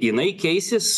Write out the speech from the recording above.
jinai keisis